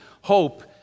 hope